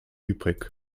übrig